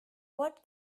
what